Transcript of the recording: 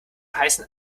heißen